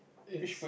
its